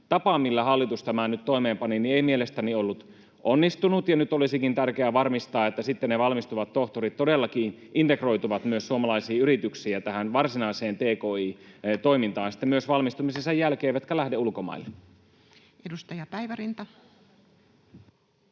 tapa, millä hallitus tämän nyt toimeenpani, ei mielestäni ollut onnistunut. Nyt olisikin tärkeää varmistaa, että sitten ne valmistuvat tohtorit todellakin integroituvat myös suomalaisiin yrityksiin ja tähän varsinaiseen tki-toimintaan myös valmistumisensa jälkeen, eivätkä lähde ulkomaille. [Speech 33]